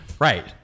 Right